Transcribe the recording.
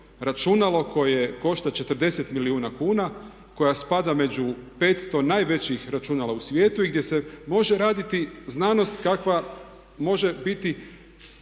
računalo koje košta 40 milijuna kuna koje spada među 500 najvećih računala u svijetu i gdje se može raditi znanost kakva može biti